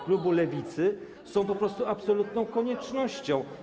klubu Lewicy - są po prostu absolutną koniecznością.